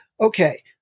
okay